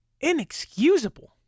Inexcusable